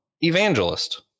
evangelist